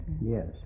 yes